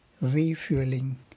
Refueling